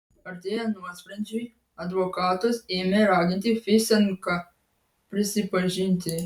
artėjant nuosprendžiui advokatas ėmė raginti fisenką prisipažinti